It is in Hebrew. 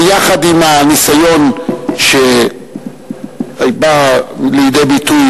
יחד עם הניסיון שבא לידי ביטוי